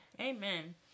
amen